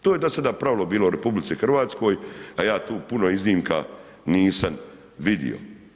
To je do sada pravilo u RH, a ja tu puno iznimka nisam vidio.